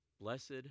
Blessed